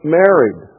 married